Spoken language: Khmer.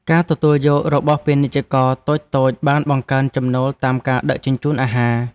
ការទទួលយករបស់ពាណិជ្ជករតូចៗបានបង្កើនចំណូលតាមការដឹកជញ្ជូនអាហារ។